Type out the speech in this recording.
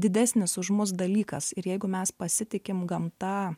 didesnis už mus dalykas ir jeigu mes pasitikim gamta